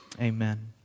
amen